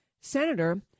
Senator